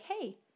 hey